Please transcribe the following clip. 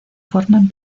forman